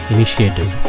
Initiative